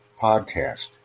podcast